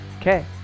okay